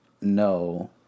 no